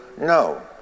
no